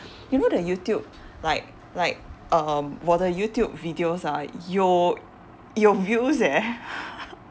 you know the youtube like like um 我的 youtube videos ah 有有 views eh